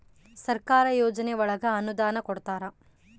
ಸರ್ಕಾರ ಯೋಜನೆ ಒಳಗ ಅನುದಾನ ಕೊಡ್ತಾರ